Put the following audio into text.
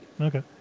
Okay